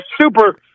super